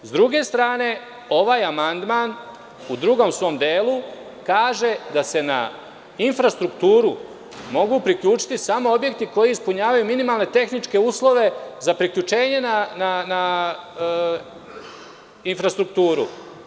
S druge strane, ovaj amandman u drugom svom delu kaže da se na infrastrukturu mogu priključiti samo objekti koji ispunjavaju minimalne tehničke uslove za priključenje na infrastrukturu.